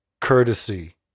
courtesy